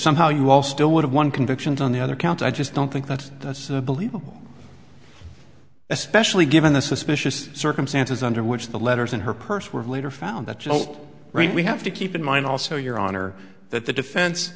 somehow you all still would have won convictions on the other counts i just don't think that that's believable especially given the suspicious circumstances under which the letters in her purse were later found that felt right we have to keep in mind also your honor that the defense